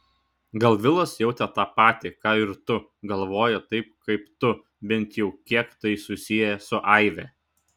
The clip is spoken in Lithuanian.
gal vilas jautė tą patį ką ir tu galvojo taip kaip tu bent jau kiek tai susiję su aive